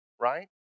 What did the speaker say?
right